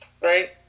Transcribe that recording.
right